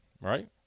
right